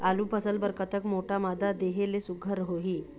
आलू फसल बर कतक मोटा मादा देहे ले सुघ्घर होही?